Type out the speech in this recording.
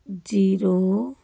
zero